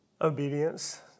Obedience